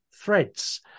threads